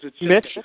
Mitch